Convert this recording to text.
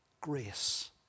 grace